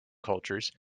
cultures